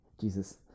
Jesus